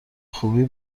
خوبی